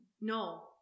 no